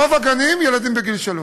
ורוב הגנים הם לילדים בגיל שלוש.